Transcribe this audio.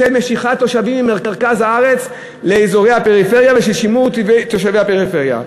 משיכת תושבים ממרכז הארץ לאזורי הפריפריה ושל שימור תושבי הפריפריה.